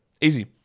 Easy